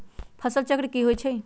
फसल चक्र की होइ छई?